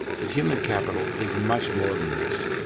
but human capital is much more than this.